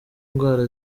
indwara